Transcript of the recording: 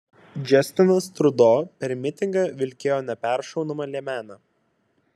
džastinas trudo per mitingą vilkėjo neperšaunamą liemenę